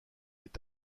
est